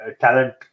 talent